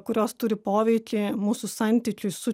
kurios turi poveikį mūsų santykiui su